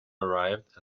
arrived